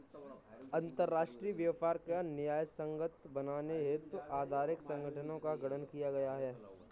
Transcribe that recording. अंतरराष्ट्रीय व्यापार को न्यायसंगत बनाने हेतु आर्थिक संगठनों का गठन किया गया है